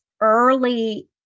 early